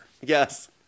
Yes